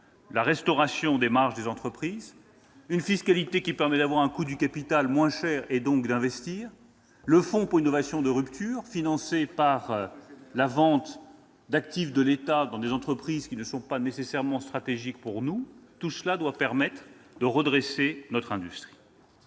restauration des marges des entreprises, fiscalité qui permet de diminuer le coût du capital et donc d'investir, création d'un fonds pour l'innovation de rupture financé par la vente d'actifs de l'État dans des entreprises qui ne sont pas nécessairement stratégiques -tout cela doit permettre de redresser notre industrie.